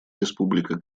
республика